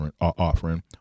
offering